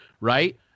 right